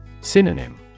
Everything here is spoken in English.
Synonym